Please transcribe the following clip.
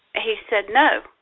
he said, no.